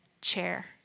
chair